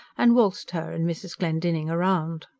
and valsed her and mrs. glendinning round.